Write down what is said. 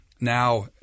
Now